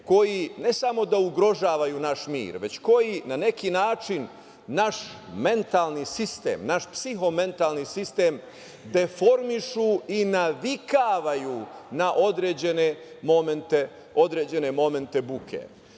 koji ne samo da ugrožavaju naš mir, već koji na neki način naš mentalni sistem, naš psihomentalni sistem deformišu i navikavaju na određene momente